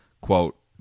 Quote